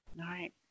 right